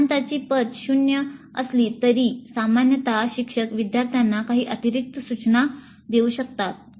सिद्धांताची पत 0 असली तरी सामान्यत शिक्षक विद्यार्थ्यांना काही अतिरिक्त सूचना देऊ शकतात